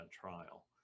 trial